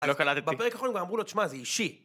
אני לא קלטתי. בפרק האחרון הם גם אמרו לו, תשמע, זה אישי.